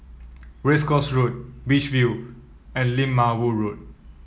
Race Course Road Beach View and Lim Ma Woo Road